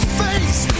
face